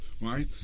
Right